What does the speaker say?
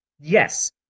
Yes